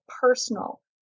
personal